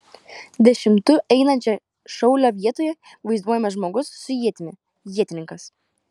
dešimtu einančio šaulio vietoje vaizduojamas žmogus su ietimi ietininkas